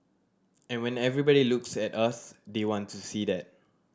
and when everybody looks at us they want to see that